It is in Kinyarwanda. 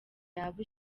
yaba